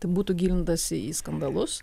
tai būtų gilintasi į skandalus